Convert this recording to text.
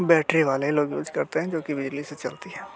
battery वाले लोग use करते हैं जो कि बिजली से चलती है